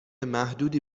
محدودی